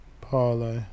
parlay